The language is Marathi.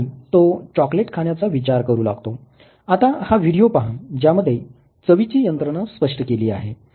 आता हा व्हिडीओ पहा ज्यामध्ये चवीची यंत्रणा स्पष्ट केली आहे